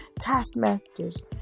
taskmasters